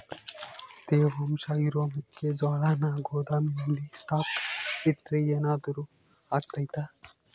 ತೇವಾಂಶ ಇರೋ ಮೆಕ್ಕೆಜೋಳನ ಗೋದಾಮಿನಲ್ಲಿ ಸ್ಟಾಕ್ ಇಟ್ರೆ ಏನಾದರೂ ಅಗ್ತೈತ?